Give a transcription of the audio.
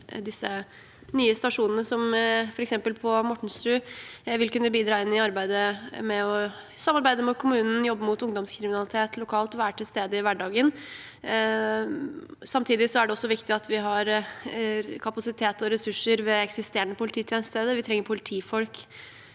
disse nye stasjonene, som f.eks. på Mortensrud, vil kunne bidra inn i arbeidet med å samarbeide med kommunen, jobbe mot ungdomskriminalitet lokalt og være til stede i hverdagen. Samtidig er det viktig at vi har kapasitet og ressurser ved eksisterende polititjenestesteder. Vi trenger politifolk